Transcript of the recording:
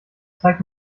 zeig